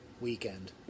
weekend